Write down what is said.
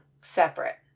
separate